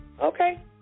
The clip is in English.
Okay